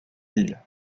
villes